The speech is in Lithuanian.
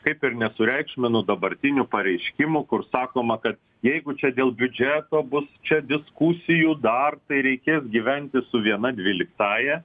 kaip ir nesureikšminu dabartinių pareiškimų kur sakoma kad jeigu čia dėl biudžeto bus čia diskusijų dar tai reikės gyventi su viena dvyliktąja